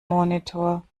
monitor